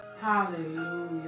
Hallelujah